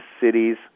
cities